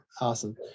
Awesome